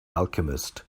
alchemist